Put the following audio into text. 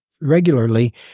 regularly